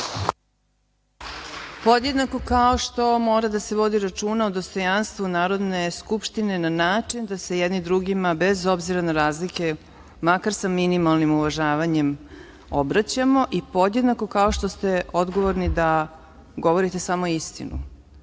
Podjednako kao što mora da se vodi računa o dostojanstvu Narodne skupštine na način da se jedni drugima, bez obzira na razlike, makar sa minimalnim uvažavanjem obraćamo, i podjednako kao što ste odgovorni da govorite samo istinu. Vi